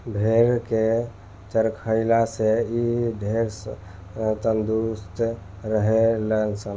भेड़ के चरइला से इ ढेरे तंदुरुस्त रहे ले सन